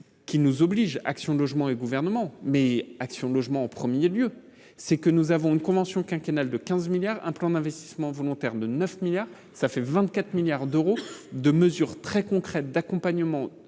qui nous oblige, action logement le gouvernement mais Action logement en 1er lieu c'est que nous avons une convention quinquennale de 15 milliards un plan d'investissement volontaire de 9 milliards, ça fait 24 milliards d'euros de mesures très concrètes d'accompagnement